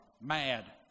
Mad